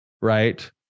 right